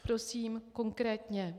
Prosím konkrétně.